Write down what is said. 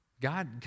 God